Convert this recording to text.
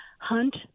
Hunt